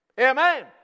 Amen